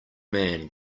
man